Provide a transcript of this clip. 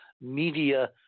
media